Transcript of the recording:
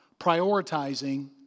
prioritizing